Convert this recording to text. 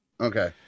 Okay